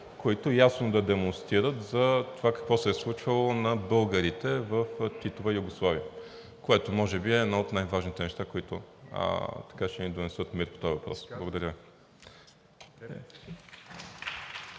които ясно да демонстрират за това какво се е случвало над българите в Титова Югославия, което може би е едно от най-важните неща, които ще ни донесат мир по този въпрос. Благодаря.